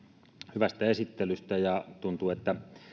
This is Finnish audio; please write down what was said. hyvästä esittelystä ja tuntuu että